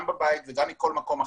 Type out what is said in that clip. גם מהבית וגם מכל מקום אחר.